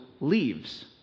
leaves